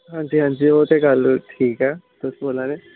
हां जी हां जी ओह् ते गल्ल ठीक ऐ तुस बोला दे